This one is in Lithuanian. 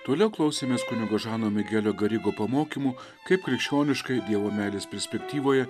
toliau klausėmės kunigo žano migelio grigo pamokymų kaip krikščioniškai dievo meilės perspektyvoje